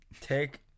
take